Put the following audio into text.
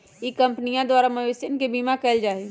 ई कंपनीया द्वारा मवेशियन के बीमा कइल जाहई